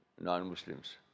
non-muslims